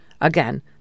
Again